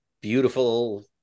beautiful